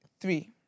Three